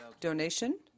donation